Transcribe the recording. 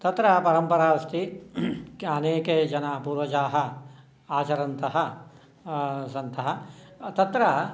तत्र परम्परा अस्ति के अनेके जना पूर्वजाः आचरन्तः सन्तः तत्र